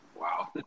wow